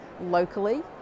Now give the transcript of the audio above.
locally